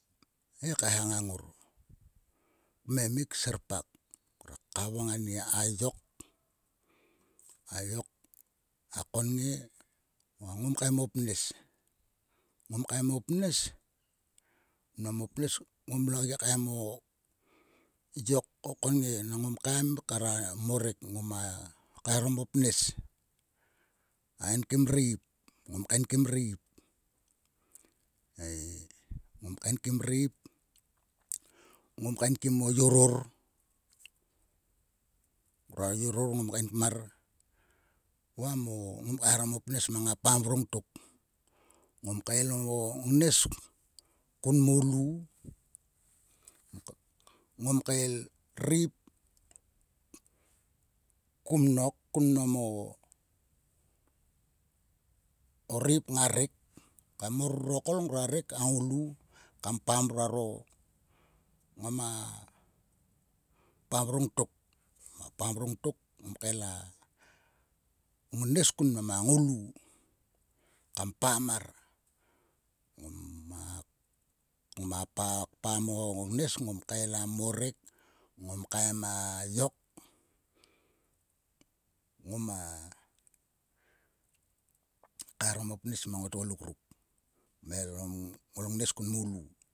Nguak kaeha ngan ngor. kmemik serpak. Ngiak kavang anie. ayok. a yok a konnge va ngom kaem o pnes. Ngom kaem o pnes nam o pnes ngom logi kaem o yok va o konnge. Ngom kaem kar o morek. Ngoma kaeharom o pnes. A enkim ireip. Ngom kaenkim ireip ei. Ngom kaenk ireip. ngom kaenkim o yoror. Ngrua yoror ngom kaen kmar. Va mo. ngom kaeharom o pnes mang o pam vrongtok. Ngom kael o ngnes kun moulu. Ngom kael ireip kumnok. kumnamo ireip nga rek kar mor rurokol ngua rek a ngoulu kam pam ngroaro. Ngama pam vrongtok. Ngoma pam vrongtok ngom kael a ngnes kun mnam a ngoulu. Kam pam mar. Ngoma pam o ngnes ngoma kael a morek. ngom kaem a yok. Ngoma kaeharom a pnes orom o tgoluk ruk. Kmel ngolngnes kun moulu.